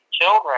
children